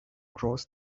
cross